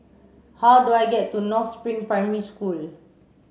how do I get to North Spring Primary School